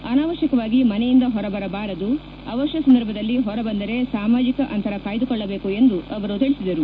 ಅನಾವಶ್ಯಕವಾಗಿ ಮನೆಯಿಂದ ಹೊರಬರಬಾರದು ಅವಶ್ಯ ಸಂದರ್ಭದಲ್ಲಿ ಹೊರ ಬಂದರೆ ಸಾಮಾಜಿಕ ಅಂತರ ಕಾಯ್ದುಕೊಳ್ಳಬೇಕು ಎಂದು ತಿಳಿಸಿದರು